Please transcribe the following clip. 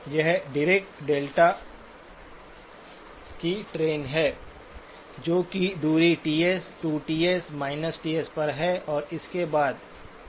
यह Dirac deltas की train है जो कि दूरी Ts 2Ts Ts पर है और इसके बाद ठीक है